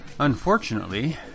Unfortunately